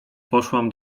poszłam